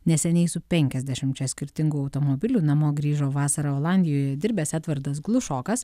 neseniai su penkiasdešimčia skirtingų automobilių namo grįžo vasarą olandijoje dirbęs edvardas glušokas